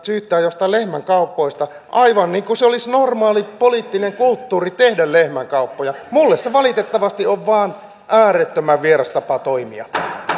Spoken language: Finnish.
syyttävät jostain lehmänkaupoista aivan niin kuin se olisi normaali poliittinen kulttuuri tehdä lehmänkauppoja minulle se valitettavasti vain on äärettömän vieras tapa toimia nyt sitten